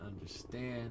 understand